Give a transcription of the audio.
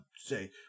say